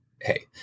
hey